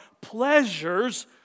pleasures